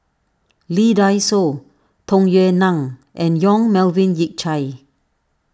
Lee Dai Soh Tung Yue Nang and Yong Melvin Yik Chye